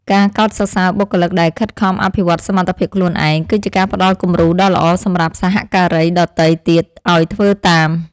ការកោតសរសើរបុគ្គលិកដែលខិតខំអភិវឌ្ឍសមត្ថភាពខ្លួនឯង គឺជាការផ្ដល់គំរូដ៏ល្អសម្រាប់សហការីដទៃទៀតឱ្យធ្វើតាម។